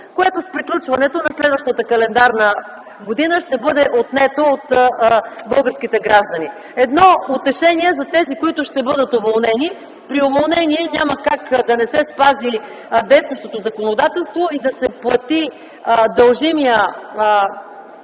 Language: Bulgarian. което с приключването на следващата календарна година ще бъде отнето на българските граждани. Едно утешение за тези, които ще бъдат уволнени. При уволнение няма как да не се спази действащото законодателство и да не се плати дължимият,